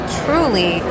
truly